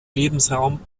lebensraum